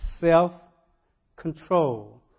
Self-control